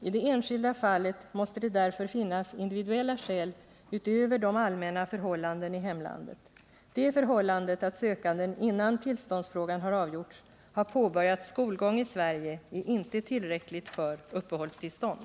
I det enskilda fallet måste det därför finnas individuella skäl utöver de allmänna förhållandena i hemlandet. Det förhållandet att sökanden innan tillståndsfrågan har avgjorts har påbörjat skolgång i Sverige är inte tillräckligt för uppehållstillstånd.